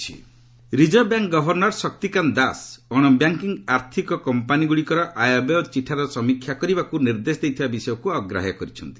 RBI ଏନ୍ବିଏଫ୍ସିକ୍ reserve bank governor Shaktikanta Das ଅଣବ୍ୟାଙ୍କିଙ୍ଗ୍ ଆର୍ଥିକ କମ୍ପାନୀଗ୍ରଡ଼ିକର ଆୟବ୍ୟୟ ଚିଠାର ସମୀକ୍ଷା କରିବାକୃ ନିର୍ଦ୍ଦେଶ ଦେଇଥିବା ବିଷୟକୁ ଅଗ୍ରାହ୍ୟ କରିଛନ୍ତି